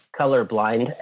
colorblind